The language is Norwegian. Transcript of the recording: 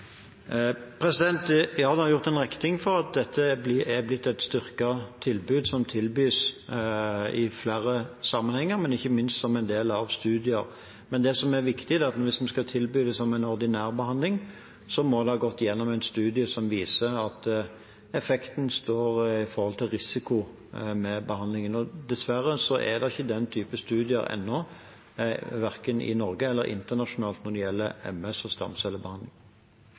Ja, det er gjort en rekke ting for at dette er blitt et styrket tilbud som tilbys i flere sammenhenger, ikke minst som en del av studier. Det som er viktig, er at hvis vi skal tilby det som en ordinær behandling, må det ha gått igjennom en studie som viser at effekten står i forhold til risikoen med behandlingen. Dessverre er det ikke den type studier ennå, verken i Norge eller internasjonalt, når det gjelder MS og stamcellebehandling.